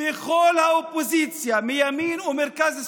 בכל האופוזיציה, מימין ובמרכז ושמאלה,